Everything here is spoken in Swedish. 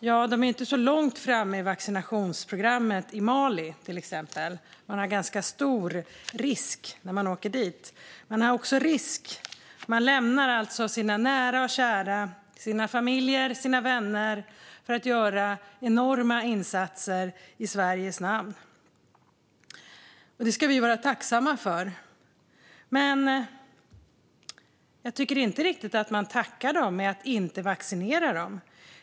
Ja, de är inte långt framme i vaccinationsprogrammet i Mali, till exempel. Det är en ganska stor risk när man åker dit. Man lämnar alltså sina nära och kära, sina familjer och sina vänner för att göra enorma insatser i Sveriges namn. Det ska vi vara tacksamma för. Men jag tycker inte riktigt att man tackar dem med att inte vaccinera dem.